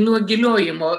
nuo giliojimo